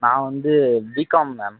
நான் வந்து BCom ma'am